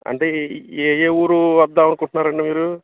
అంటే ఏ ఏ ఊరు వద్దాము అనుకుంటున్నారండి మీరు